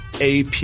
AP